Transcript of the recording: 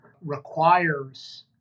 requires